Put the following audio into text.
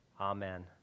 amen